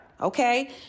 Okay